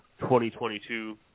2022